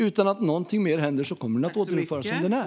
Utan att något mer händer kommer den att återinföras som den är.